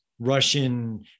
Russian